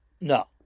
No